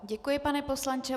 Děkuji, pane poslanče.